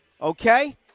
okay